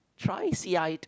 try sea eyed